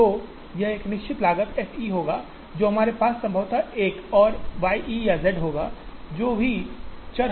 तो यह एक निश्चित लागत f e होगा और फिर हमारे पास संभवतः एक और y e या z होगा जो भी चर हम उपयोग कर सकते हैं इसलिए यदि हम इनमें से कुछ का चयन करते हैं